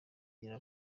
gira